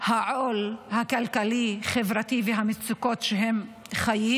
העול הכלכלי-חברתי והמצוקות שבהן הם חיים